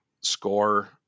score